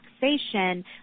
taxation